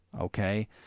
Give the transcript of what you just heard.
okay